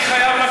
אני חייב לך,